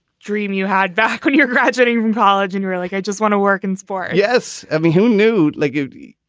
dream you had back when you're graduating from college and you're like, i just want to work in sport. yes i mean, who knew legatee?